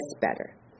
better